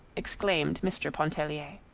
exclaimed mr. pontellier.